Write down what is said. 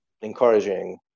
encouraging